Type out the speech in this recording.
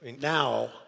Now